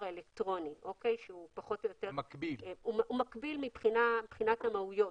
האלקטרוני שהוא מקביל מבחינת המהויות.